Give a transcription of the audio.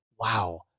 wow